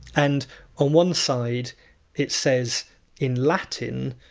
and on one side it says in latin!